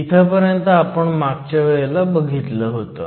इथंपर्यंत आपण मागच्या वेळेला बघितलं होतं